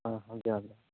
ᱦᱚᱸ ᱦᱚᱸ ᱡᱚᱦᱟᱨ ᱜᱮ